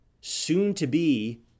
soon-to-be